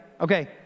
Okay